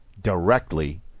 directly